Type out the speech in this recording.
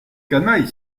canaille